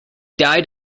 died